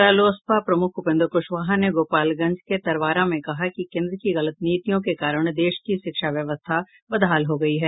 रालोसपा प्रमूख उपेन्द्र क्शवाहा ने गोपालगंज के तरवारा में कहा कि केन्द्र की गलत नीतियों के कारण देश की शिक्षा व्यवस्था बदहाल हो गयी है